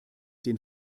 den